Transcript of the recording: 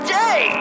day